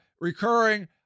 recurring